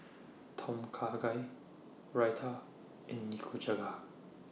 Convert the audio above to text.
Tom Kha Gai Raita and Nikujaga